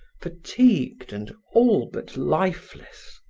fatigued and all but lifeless.